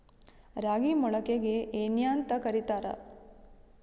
ರಾಗಿ ಮೊಳಕೆಗೆ ಏನ್ಯಾಂತ ಕರಿತಾರ?